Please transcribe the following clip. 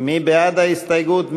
מי בעד ההסתייגות?